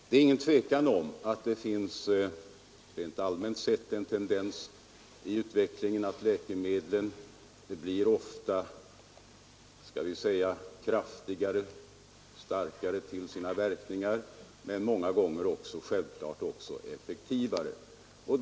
Det är ingen tvekan om att det rent allmänt sett finns en tendens i utvecklingen att läkemedlen blir starkare till sina verkningar, men många gånger självfallet också effektivare.